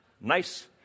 Nice